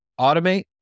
Automate